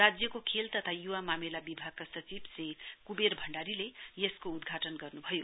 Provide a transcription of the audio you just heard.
राज्यको खेल तथा युवा मामिला विभागका सचिव श्री कुबेर भण्डारीले यसको उद्घाटन गर्नुभयो